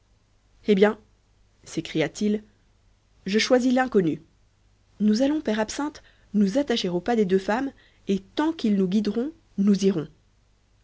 eh bien s'écria-t-il je choisis l'inconnu nous allons père absinthe nous attacher aux pas des deux femmes et tant qu'ils nous guideront nous irons